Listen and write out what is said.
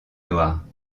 noire